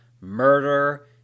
murder